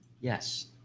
Yes